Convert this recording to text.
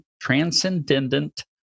transcendent